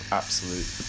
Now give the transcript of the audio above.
absolute